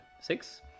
six